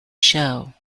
show